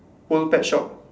world pet shop